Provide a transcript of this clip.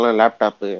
laptop